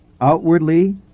Outwardly